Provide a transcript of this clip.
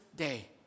Day